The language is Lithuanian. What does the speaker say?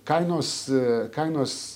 kainos kainos